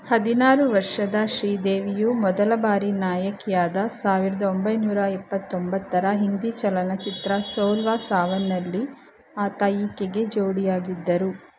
ಹದಿನಾರು ವರ್ಷದ ಶ್ರೀದೇವಿಯು ಮೊದಲಬಾರಿ ನಾಯಕಿಯಾದ ಸಾವಿರದ ಒಂಬೈನೂರ ಎಪ್ಪತೊಂಬತ್ತರ ಹಿಂದಿ ಚಲನಚಿತ್ರ ಸೋಲ್ವಾ ಸಾವನ್ನಲ್ಲಿ ಆತ ಈಕೆಗೆ ಜೋಡಿಯಾಗಿದ್ದರು